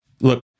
look